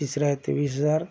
तिसरा आहे तेवीस हजार